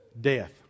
death